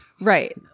Right